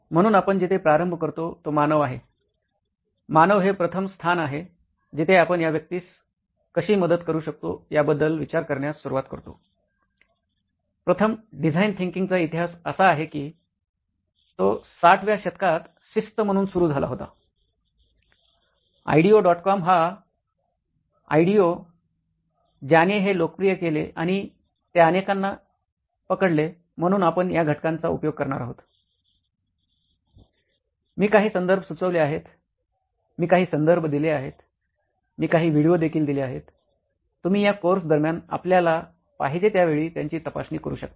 म्हणून आपण जिथे प्रारंभ करतो तो मानव आहे मानव हे प्रथम स्थान आहे जिथे आपण या व्यक्तीस कशी मदत करू शकतो याबद्दल विचार करण्यास सुरवात करतो प्रथम डिझाइन थिंकिंगचा इतिहास असा आहे की तो 60 व्या दशकात शिस्त म्हणून सुरू झाला होता आयडिओ डॉट कॉम हा आयडीईओ ज्याने हे लोकप्रिय केले आणि ते अनेकांना पकडले म्हणून आपण या घटकांचा उपयोग करणार आहोत मी काही संदर्भ सुचवले आहेत मी काही संदर्भ दिले आहेत मी काही व्हिडिओ देखील दिले आहेत तुम्ही या कोर्स दरम्यान आपल्याला पाहिजे त्या वेळी त्यांची तपासणी करू शकते